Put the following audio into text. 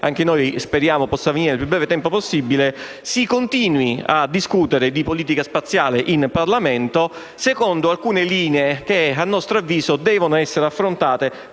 anche noi speriamo possa avvenire nel più breve tempo possibile, si possa continuare a discutere di politica spaziale in Parlamento, secondo alcune linee che riteniamo debbano essere affrontate